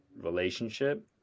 relationship